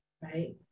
Right